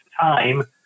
time